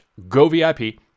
govip